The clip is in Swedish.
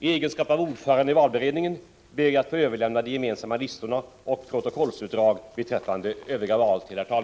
I egenskap av ordförande i valberedningen ber jag att få överlämna de gemensamma listorna och protokollsutdrag beträffande övriga val.